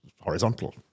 Horizontal